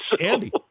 Andy